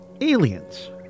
Aliens